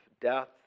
death